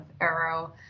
Arrow